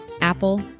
Apple